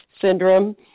syndrome